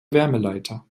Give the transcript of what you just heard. wärmeleiter